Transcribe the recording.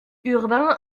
urbain